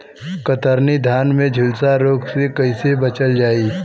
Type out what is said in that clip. कतरनी धान में झुलसा रोग से कइसे बचल जाई?